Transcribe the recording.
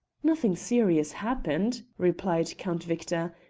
nothing serious happened, replied count victor,